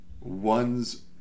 Ones